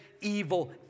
evil